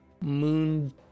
moon